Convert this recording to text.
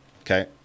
Okay